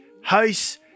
house